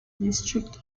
district